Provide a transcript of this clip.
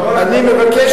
אני מבקש,